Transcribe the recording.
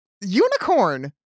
unicorn